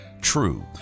true